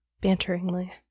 banteringly